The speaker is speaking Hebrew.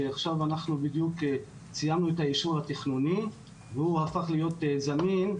שעכשיו בדיוק סיימנו את האישור התיכנוני והוא הפך להיות זמין.